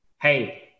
hey